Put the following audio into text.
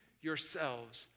yourselves